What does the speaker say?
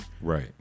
right